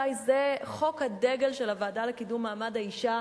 זה אולי חוק הדגל של הוועדה לקידום מעמד האשה,